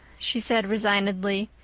she said resignedly.